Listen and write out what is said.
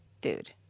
Dude